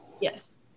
Yes